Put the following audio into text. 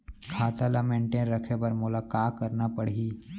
खाता ल मेनटेन रखे बर मोला का करना पड़ही?